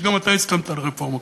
שגם אתה הסכמת לרפורמות,